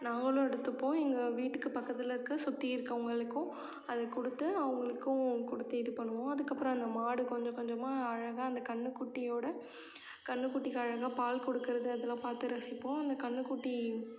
நாங்களும் எடுத்துப்போம் எங்கள் வீட்டுக்கு பக்கத்தில் இருக்கற சுற்றி இருக்கவங்களுக்கும் அதை கொடுத்து அவங்களுக்கும் கொடுத்து இது பண்ணுவோம் அதுக்கு அப்புறம் அந்த மாடு கொஞ்ச கொஞ்சமாக அழகாக அந்த கன்றுக்குட்டியோட கன்றுக்குட்டிக்கு அழகாக பால் கொடுக்குறது அதெலாம் பார்த்து ரசிப்போம் அந்த கன்றுக்குட்டி